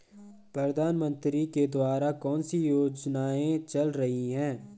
प्रधानमंत्री के द्वारा कौनसी योजनाएँ चल रही हैं?